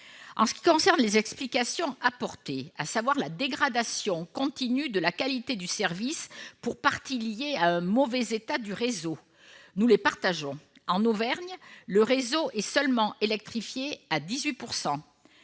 En ce qui concerne les explications apportées, à savoir la dégradation continue de la qualité du service pour partie liée à un mauvais état du réseau, nous les partageons. En Auvergne, le réseau est électrifié à